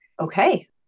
Okay